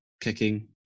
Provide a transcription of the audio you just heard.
Kicking